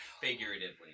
figuratively